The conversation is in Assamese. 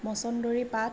মছন্দৰী পাত